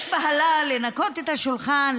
יש בהלה לנקות את השולחן,